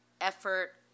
effort